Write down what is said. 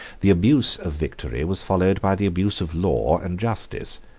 the abuse of victory was followed by the abuse of law and justice.